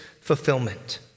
fulfillment